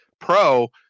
Pro